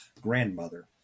grandmother